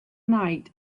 night